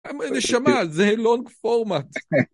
אמרתי: "נשמה, זה לונג פורמט."